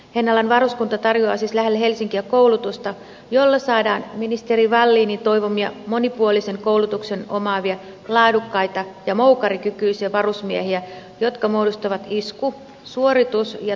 hennalan varuskunta tarjoaa siis lähellä helsinkiä koulutusta jolla saadaan ministeri wallinin toivomia monipuolisen koulutuksen omaavia laadukkaita ja moukarikykyisiä varusmiehiä jotka muodostavat isku suoritus ja toimintakykyisen armeijan